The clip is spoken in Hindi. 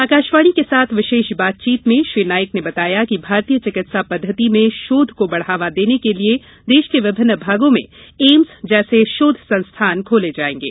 आकाशवाणी के साथ विशेष बातचीत में श्री नाइक ने बताया कि भारतीय चिकित्सा पद्धति में शोध को बढावा देने के लिए देश के विभिन्न भागों में एम्स जैसे शोध संस्थान खोले जाएंगे